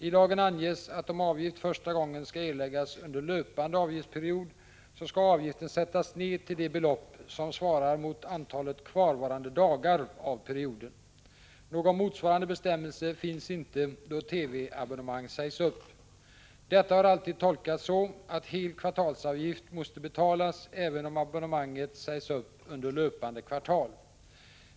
I lagen anges att om avgift första gången skall erläggas under löpande avgiftsperiod så skall avgiften sättas ned till det belopp som svarar mot antalet kvarvarande dagar av perioden. Någon motsvarande bestämmelse finns inte då TV-abonnemang sägs upp. Detta har alltid tolkats så att hel kvartalsavgift måste betalas även om abonnemanget sägs upp under löpande kvartal.